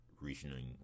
reasoning